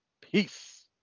peace